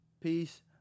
Peace